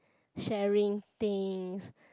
sharing things